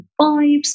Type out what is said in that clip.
vibes